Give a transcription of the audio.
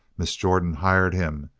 miss jordan hired him.